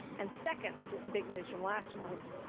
and second, this is the big news from last month,